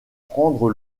prendre